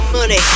Money